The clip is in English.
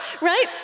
Right